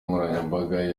nkoranyambaga